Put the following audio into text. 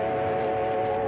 all